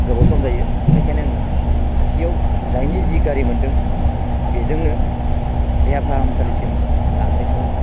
गोबाव सम जायो बेखायनो आङो खाथियाव जायनो जे गारि मोनदों बेजोंनो देहा फाहामसालिसिम लानानै थाङो